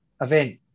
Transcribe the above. event